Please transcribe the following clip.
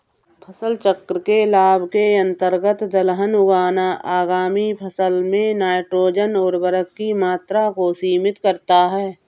फसल चक्र के लाभ के अंतर्गत दलहन उगाना आगामी फसल में नाइट्रोजन उर्वरक की मात्रा को सीमित करता है